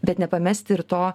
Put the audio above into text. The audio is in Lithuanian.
bet nepamesti ir to